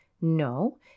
No